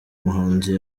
muhanzi